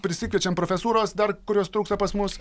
prisikviečiam profesūros dar kurios trūksta pas mus